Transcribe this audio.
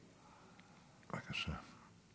בבקשה.